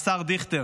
השר דיכטר: